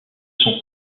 sont